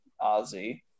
Ozzy